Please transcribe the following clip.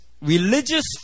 Religious